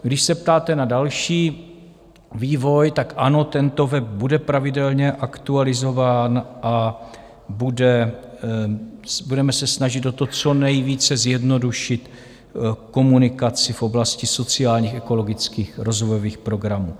Když se ptáte na další vývoj, tak ano, tento web bude pravidelně aktualizován a budeme se snažit o to, co nejvíce zjednodušit komunikaci v oblasti sociálních, ekologických, rozvojových programů.